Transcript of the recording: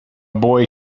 boy